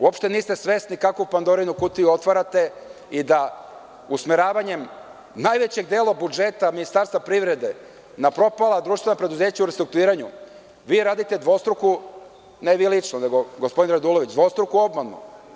Uopšte niste svesni kakvu Pandorinu kutiju otvarate i da usmeravanjem najvećeg dela budžeta Ministarstvo privrede na propala društvena preduzeća u restrukturiranju vi radite, ne vi lično, nego gospodin Radulović, dvostruku obmanu.